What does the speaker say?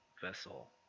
vessel